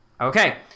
Okay